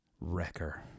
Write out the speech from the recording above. Wrecker